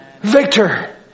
Victor